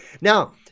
Now